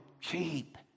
cheap